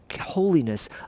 holiness